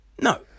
no